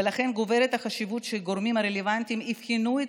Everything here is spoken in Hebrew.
ולכן גוברת החשיבות שהגורמים הרלוונטיים יבחנו את